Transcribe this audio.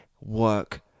work